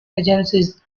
agencies